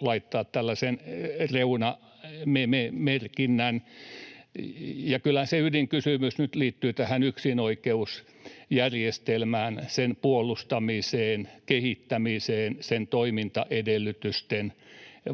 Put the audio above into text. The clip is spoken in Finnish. laittaa tällaisen reunamerkinnän. Kyllä se ydinkysymys nyt liittyy tähän yksinoikeusjärjestelmään, sen puolustamiseen ja kehittämiseen, sen toimintaedellytysten